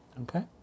Okay